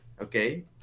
okay